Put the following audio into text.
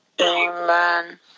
Amen